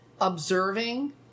observing